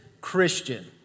Christian